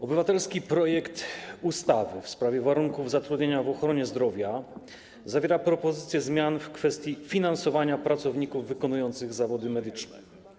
Obywatelski projekt ustawy w sprawie warunków zatrudnienia w ochronie zdrowia zawiera propozycje zmian w kwestii finansowania pracowników wykonujących zawody medyczne.